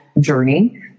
journey